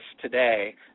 today